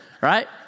right